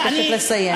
אני מבקשת לסיים.